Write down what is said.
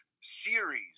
series